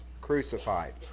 crucified